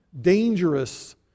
dangerous